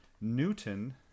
Newton